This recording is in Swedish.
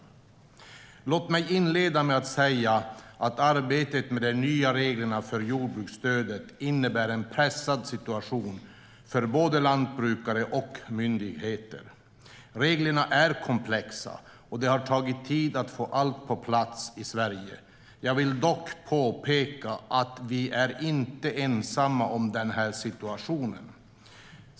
Låt mig inleda med att säga att arbetet med de nya reglerna för jordbruksstöden innebär en pressad situation för både lantbrukare och myndigheter. Reglerna är komplexa, och det har tagit tid att få allt på plats i Sverige. Jag vill dock påpeka att vi inte är ensamma om den här situationen.